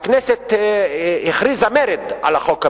הכנסת הכריזה מרד על החוק הבין-לאומי,